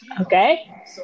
Okay